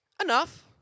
Enough